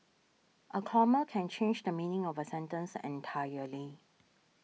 a comma can change the meaning of a sentence entirely